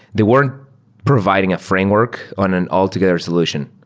they weren't providing a framework on an altogether solution.